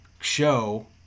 show